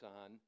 on